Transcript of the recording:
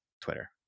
Twitter